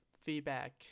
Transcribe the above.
feedback